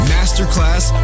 Masterclass